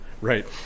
Right